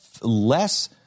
less